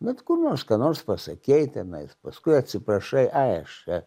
bet kur nors ką nors pasakei tenais paskui atsiprašai ai aš čia